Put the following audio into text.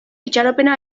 itxaropena